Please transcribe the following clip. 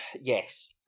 Yes